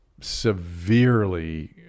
severely